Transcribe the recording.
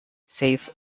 safe